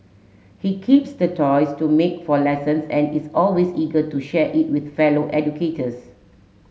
he keeps the toys to make for lessons and is always eager to share it with fellow educators